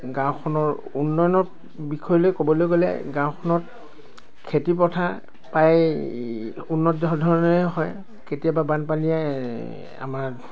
গাঁওখনৰ উন্নয়নৰ বিষয়লৈ ক'বলৈ গ'লে গাঁওখনত খেতি পথাৰ প্ৰায় উন্নত ধৰণে হয় কেতিয়াবা বানপানীয়ে আমাৰ